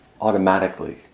automatically